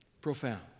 Profound